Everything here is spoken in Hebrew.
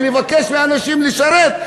ונבקש מהאנשים לשרת.